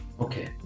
Okay